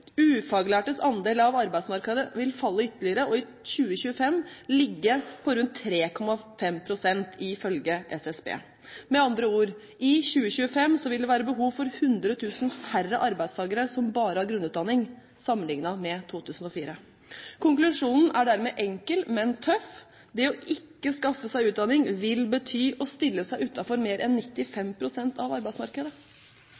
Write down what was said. Ufaglærtes andel av arbeidsmarkedet vil falle ytterligere og i 2025 ligge på rundt 3,5 pst. ifølge SSB. Med andre ord: I 2025 vil det være behov for 100 000 færre arbeidstakere som bare har grunnutdanning, sammenliknet med 2004. Konklusjonen er dermed enkel, men tøff: Det å ikke skaffe seg utdanning vil bety å stille seg utenfor mer enn